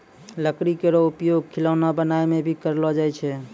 लकड़ी केरो उपयोग खिलौना बनाय म भी करलो जाय छै